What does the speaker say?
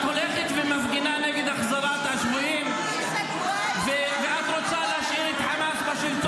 את הולכת ומפגינה נגד החזרת השבויים ואת רוצה להשאיר את חמאס בשלטון?